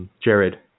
Jared